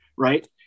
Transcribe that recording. Right